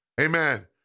Amen